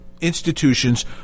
institutions